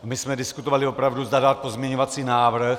My jsme diskutovali opravdu, zda dát pozměňovací návrh.